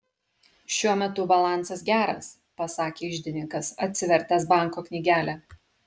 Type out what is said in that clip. šiuo metu balansas geras pasakė iždininkas atsivertęs banko knygelę